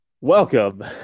Welcome